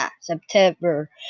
September